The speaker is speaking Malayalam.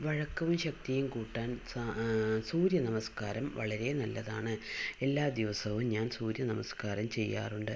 വഴക്കവും ശക്തിയും കൂട്ടാൻ സ സൂര്യ നമസ്കാരം വളരേ നല്ലതാണ് എല്ലാ ദിവസവും ഞാൻ സൂര്യ നമസ്കാരം ചെയ്യാറുണ്ട്